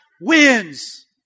wins